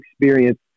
experience